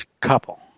couple